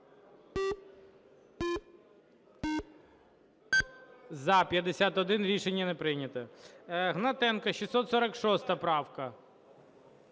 За-51 Рішення не прийнято. Гнатенко, 646 правка.